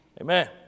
Amen